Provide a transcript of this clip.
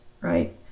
right